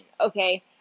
Okay